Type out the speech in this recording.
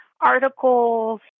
articles